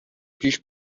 پیش